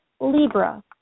Libra